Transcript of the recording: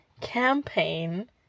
campaign